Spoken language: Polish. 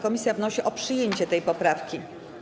Komisja wnosi o przyjęcie tej poprawki.